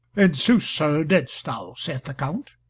in sooth, sir, didst thou, saith the count.